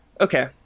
Okay